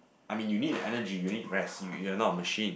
I mean you need the energy you need rest you you're not a machine